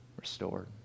restored